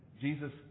Jesus